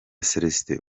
celestin